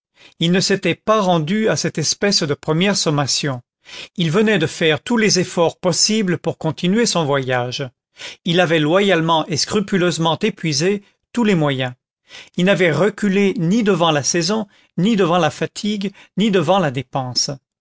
il ne s'était pas rendu à cette espèce de première sommation il venait de faire tous les efforts possibles pour continuer son voyage il avait loyalement et scrupuleusement épuisé tous les moyens il n'avait reculé ni devant la saison ni devant la fatigue ni devant la dépense